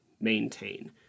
maintain